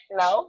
no